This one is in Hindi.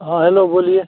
हाँ हेलो बोलिए